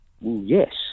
Yes